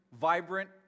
vibrant